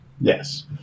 Yes